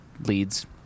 leads